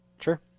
Sure